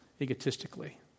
egotistically